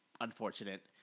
unfortunate